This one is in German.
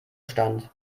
stand